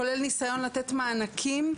כולל ניסיון לתת מענקים.